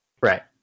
Right